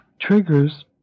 triggers